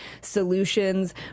solutions